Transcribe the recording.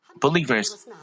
believers